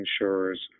insurers